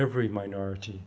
every minority